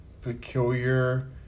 peculiar